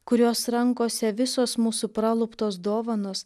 kurios rankose visos mūsų praluptos dovanos